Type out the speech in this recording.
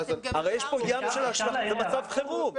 זה מצב חירום.